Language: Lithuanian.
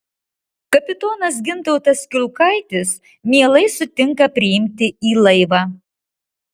kapitonas gintautas kiulkaitis mielai sutinka priimti į laivą